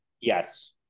Yes